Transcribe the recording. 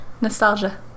nostalgia